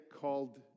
called